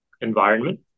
environment